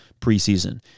preseason